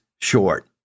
short